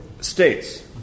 States